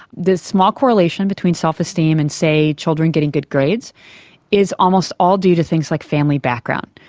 the small correlation between self-esteem and, say, children getting good grades is almost all due to things like family background.